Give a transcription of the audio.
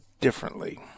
differently